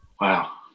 Wow